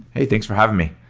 hey, thanks for having me.